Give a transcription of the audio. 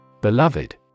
Beloved